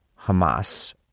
Hamas